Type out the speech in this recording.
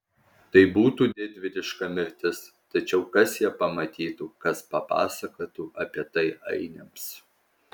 tai būtų didvyriška mirtis tačiau kas ją pamatytų kas papasakotų apie tai ainiams